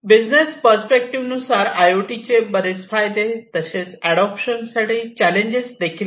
बिझनेसच्या पर्स्पेक्टिव्ह नुसार I O T चे बरेच फायदे तसेच अडोप्शन साठी चॅलेंज देखील आहेत